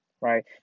Right